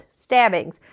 stabbings